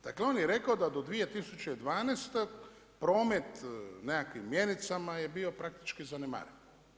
Dakle on je rekao da do 2012. promet nekakvim mjenicama je bio praktički zanemaren.